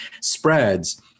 spreads